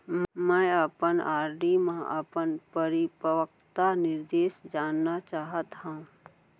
मै अपन आर.डी मा अपन परिपक्वता निर्देश जानना चाहात हव